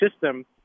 system